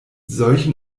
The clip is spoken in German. solchen